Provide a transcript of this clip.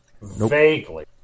Vaguely